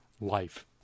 life